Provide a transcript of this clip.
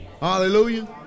Hallelujah